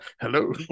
hello